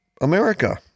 America